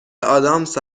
ادامس